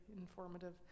informative